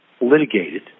litigated